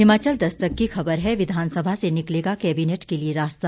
हिमाचल दस्तक की खबर है विधानसभा से निकलेगा कैबिनेट के लिये रास्ता